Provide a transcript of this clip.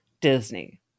Disney